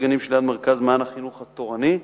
הגנים שליד מרכז "מעיין החינוך התורני",